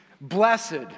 blessed